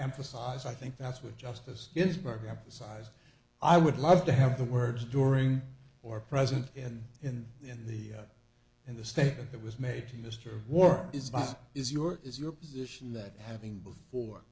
emphasize i think that's what justice ginsburg emphasized i would love to have the words during or present and in in the in the statement that was made to mr warren is my is your is your position that having before